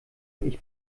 ich